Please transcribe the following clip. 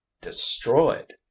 destroyed